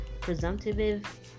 presumptive